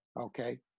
Okay